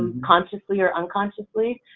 and consciously or unconsciously,